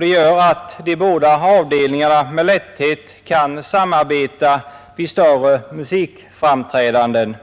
gör att de båda avdelningarna med lätthet kan samarbeta vid större musikframträdanden.